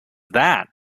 that